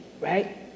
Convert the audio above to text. right